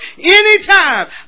anytime